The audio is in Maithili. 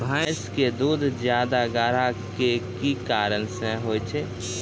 भैंस के दूध ज्यादा गाढ़ा के कि कारण से होय छै?